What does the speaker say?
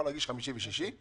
יכול להגיש מאי ויוני.